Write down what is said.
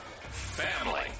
family